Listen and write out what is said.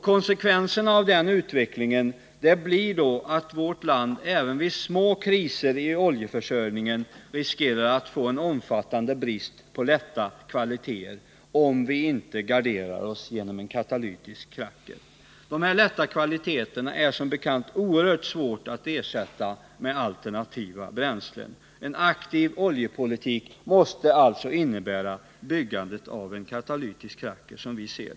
Konsekvenserna av utvecklingen är att vårt land även vid små kriser i oljeförsörjningen riskerar att få en omfattande brist på lätta kvaliteter, om vi inte garderar oss genom en katalytisk kracker. De lätta kvaliteterna är som bekant oerhört svåra att ersätta med alternativa bränslen. En aktiv oljepolitik måste alltså, som vi ser det, innebära byggandet av en katalytisk kracker.